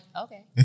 Okay